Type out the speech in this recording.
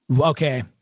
Okay